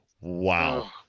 Wow